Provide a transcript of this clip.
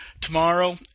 tomorrow